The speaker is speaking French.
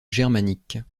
germanique